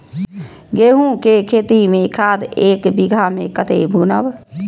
गेंहू के खेती में खाद ऐक बीघा में कते बुनब?